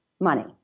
money